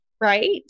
right